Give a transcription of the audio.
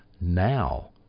now